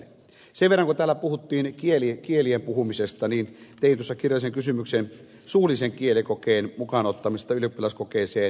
sen verran kun täällä puhuttiin kielien puhumisesta niin tein tuossa kirjallisen kysymyksen suullisen kielikokeen mukaan ottamisesta ylioppilaskokeeseen